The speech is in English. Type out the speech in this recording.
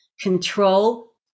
control